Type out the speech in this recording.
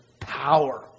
power